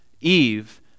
Eve